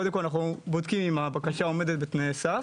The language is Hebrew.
קודם כל אנחנו בודקים אם הבקשה עומדת בתנאי הסף.